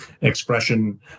expression